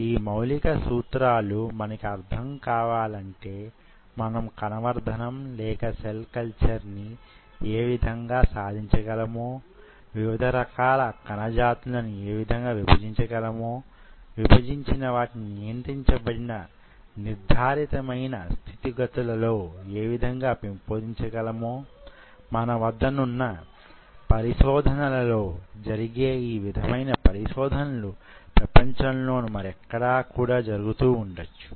ఈ మౌలిక సూత్రాలు మనకి అర్థం కావాలంటే మనం కణవర్థనం లేక సెల్ కల్చర్ ని యే విధంగా సాధించగలమో వివిధరకాల కణజాతులను యేవిధంగా విభజించగలమో విభజించిన వాటిని నియంత్రించబడిన నిర్ధారితమైన స్థితిగతులలో యేవిధంగా పెంపొందించగలమో మన వద్దనున్న పరిశోధనలలో జరిగే యీ విధమైన పరిశోధనలు ప్రపంచంలోను మరెక్కడో కూడా జరుగుతూ వుండవచ్చు